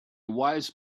wise